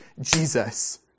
Jesus